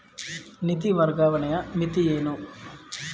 ನಿಧಿ ವರ್ಗಾವಣೆಯ ಮಿತಿ ಏನು?